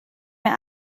mir